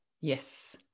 Yes